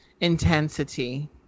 intensity